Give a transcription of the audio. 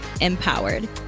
empowered